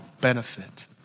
benefit